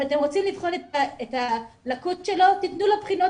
אם אתם רוצים לבחון את הלקות שלו תתנו לו בחינות,